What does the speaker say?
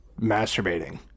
masturbating